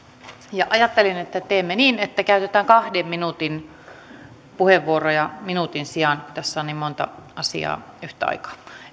ja ajattelin että että teemme niin että käytetään kahden minuutin puheenvuoroja minuutin sijaan tässä on niin monta asiaa yhtä aikaa